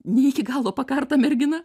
ne iki galo pakartą merginą